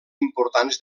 importants